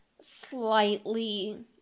slightly